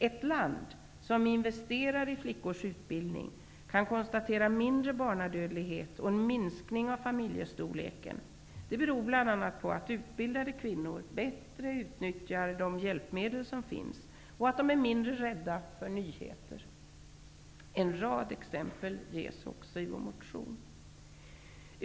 Ett land som investerar i flickors utbildning kan konstatera mindre barnadödlighet och en minskning av familjestorleken. Detta beror bl.a. på att utbildade kvinnor bättre utnyttjar de hjälpmedel som finns och att de är mindre rädda för nyheter. En rad exempel ges också i vår motion.